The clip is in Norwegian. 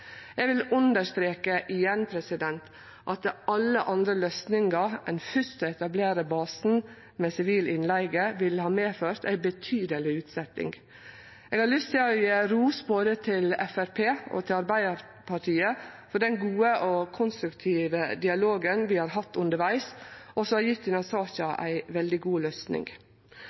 Eg vil understreke igjen at alle andre løysingar enn fyrst å etablere basen med sivil innleige ville ha medført ei betydeleg utsetjing. Eg har lyst til å gje ros til både Framstegspartiet og Arbeidarpartiet for den gode og konstruktive dialogen vi har hatt undervegs, og som har gjeve denne saka ei veldig god løysing.